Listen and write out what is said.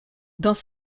dans